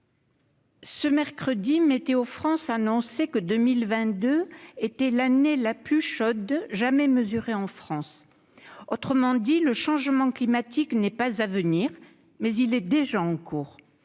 ce mercredi, Météo-France annonçait que l'année 2022 était la plus chaude jamais mesurée en France. Autrement dit, le changement climatique n'est pas à venir, il est déjà en cours.